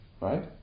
right